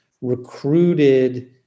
recruited